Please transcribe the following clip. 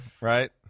right